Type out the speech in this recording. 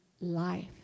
life